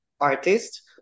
artist